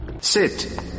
Sit